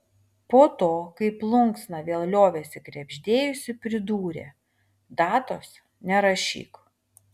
po to kai plunksna vėl liovėsi krebždėjusi pridūrė datos nerašyk